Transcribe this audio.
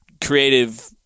creative